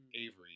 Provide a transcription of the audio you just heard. Avery